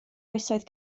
oesoedd